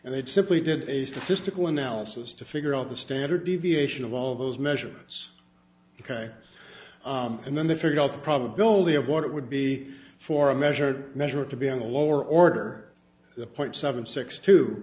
and they simply did a statistical analysis to figure out the standard deviation of all of those measurements ok and then they figured out the probability of what it would be for a measured measure to be on the lower order point seven six two